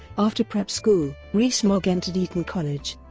after prep school, rees-mogg entered eton college,